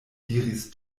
diris